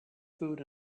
food